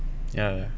ya ya